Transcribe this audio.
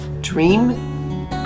dream